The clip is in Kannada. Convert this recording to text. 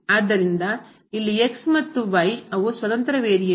ಆದ್ದರಿಂದ ಇಲ್ಲಿ x ಮತ್ತು y ಅವು ಸ್ವತಂತ್ರ ವೇರಿಯಬಲ್